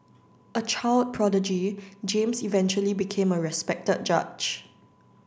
a child prodigy James eventually became a respected judge